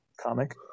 comic